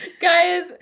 Guys